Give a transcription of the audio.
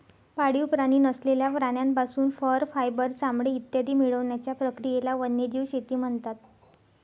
पाळीव प्राणी नसलेल्या प्राण्यांपासून फर, फायबर, चामडे इत्यादी मिळवण्याच्या प्रक्रियेला वन्यजीव शेती म्हणतात